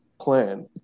plan